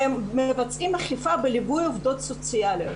והם מבצעים אכיפה בליווי עובדות סוציאליות,